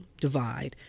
divide